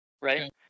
Right